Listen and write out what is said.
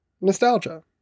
nostalgia